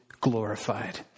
glorified